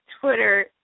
Twitter